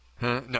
No